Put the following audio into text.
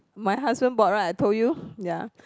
my husband bought right I told you ya